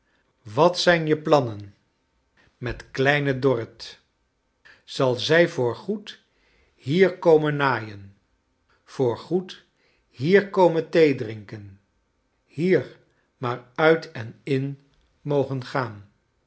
wat zijn je plannen met kleine dorrit zal zij voor goed hier komen naaien voor goed hier komen theedrinken hier maar uit en in mogen gaan